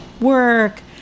work